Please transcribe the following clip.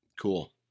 Cool